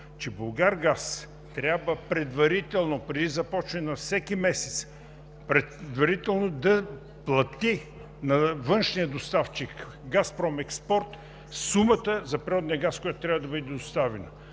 че „Булгаргаз“ трябва предварително, преди започване на всеки месец, предварително, да плати на външния доставчик – „Газпром експорт“, сумата за природния газ, който трябва да бъде доставен.